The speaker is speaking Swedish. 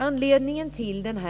Anledningen till